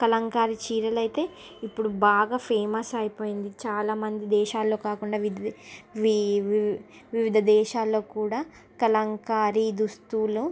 కళంకారీ చీరలు అయితే ఇప్పుడు బాగా ఫేమస్ అయిపోయింది చాలామంది దేశాలలో కాకుండా వివిధ వి వివి వివిధ దేశాలలో కూడా కళంకారీ దుస్తులు